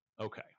okay